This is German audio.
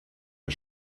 der